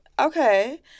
Okay